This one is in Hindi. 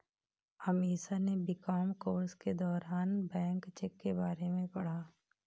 अमीषा ने बी.कॉम कोर्स के दौरान बैंक चेक के बारे में पढ़ा